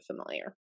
familiar